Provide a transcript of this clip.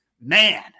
man